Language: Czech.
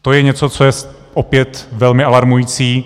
To je něco, co je opět velmi alarmující.